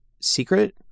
secret